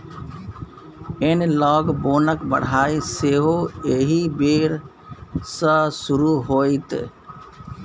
एनलॉग बोनक पढ़ाई सेहो एहि बेर सँ शुरू होएत